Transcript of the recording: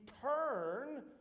turn